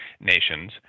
nations